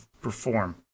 perform